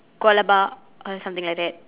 koalapa or something like that